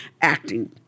acting